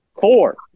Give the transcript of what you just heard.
Four